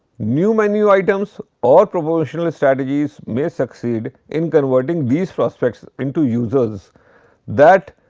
new menu items or promotional strategies may succeed in converting these prospects into users that